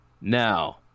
Now